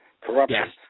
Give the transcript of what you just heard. corruption